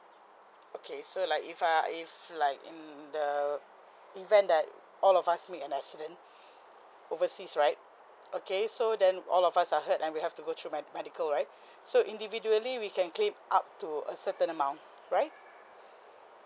okay so like if uh if like in the event that all of us meet an accident overseas right okay so then all of us are hurt we have to go through med~ medical right so individually we can claim up to a certain amount right